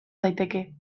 daiteke